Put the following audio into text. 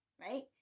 right